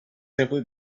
simply